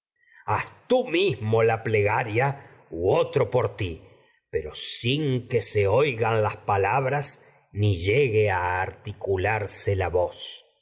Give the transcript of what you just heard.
haz se tú mismo la plegaria u otro por ti pero que oigan las seguida palabras ni sin llegue a la articularse voz